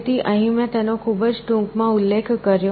તેથી અહીં મેં તેનો ખૂબ જ ટૂંકમાં ઉલ્લેખ કર્યો